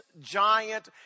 giant